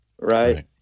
right